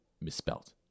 misspelled